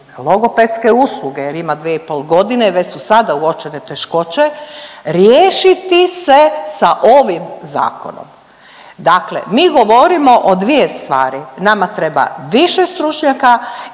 logopedske usluge jer ima dvije i pol godine, već su sada uočene teškoće riješiti se sa ovim zakonom. Dakle, mi govorimo o dvije stvari, nama treba više stručnjaka i